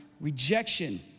rejection